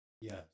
Yes